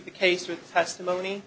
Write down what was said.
the case with testimony